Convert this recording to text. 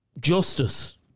justice